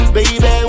Baby